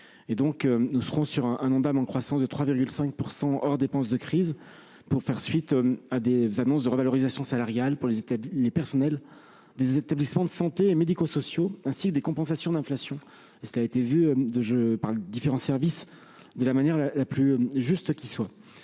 croissance de l'Ondam sera donc de 3,5 %, hors dépenses de crise, pour faire suite à des annonces de revalorisation salariale pour les personnels des établissements de santé et médico-sociaux, ainsi qu'à des compensations d'inflation- cela a été vu par les différents services de la manière la plus juste qui soit.